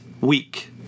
week